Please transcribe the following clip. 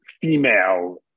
female